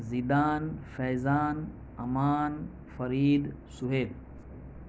Zidan Faizan Aman Farid Suhel